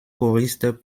choristes